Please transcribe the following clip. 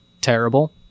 terrible